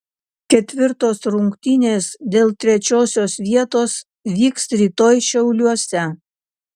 ketvirtos rungtynės dėl trečiosios vietos vyks rytoj šiauliuose